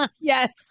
Yes